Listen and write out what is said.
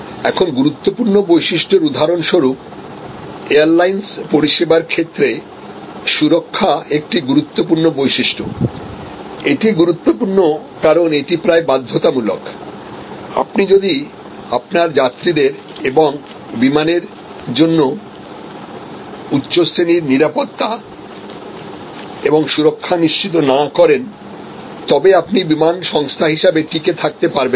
এখন গুরুত্বপূর্ণ বৈশিষ্ট্য এর উদাহরণস্বরূপ এয়ারলাইন্স পরিষেবার ক্ষেত্রে সুরক্ষা একটি গুরুত্বপূর্ণ বৈশিষ্ট্য এটি গুরুত্বপূর্ণ কারণ এটি প্রায় বাধ্যতামূলক আপনি যদি আপনার যাত্রীদের এবং বিমানের জন্য উচ্চ শ্রেণীর নিরাপত্তা এবং সুরক্ষা নিশ্চিত না করেন তবে আপনি বিমান সংস্থা হিসাবে টিকে থাকতে পারবেন না